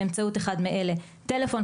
באמצעות אחד מאלה: טלפון,